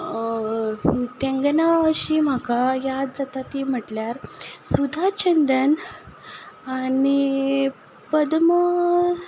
नृत्यांगना अशी म्हाका याद जाता ती म्हटल्यार सुधा चंद्रन आनी पद्म